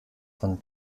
von